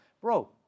bro